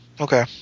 Okay